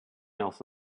else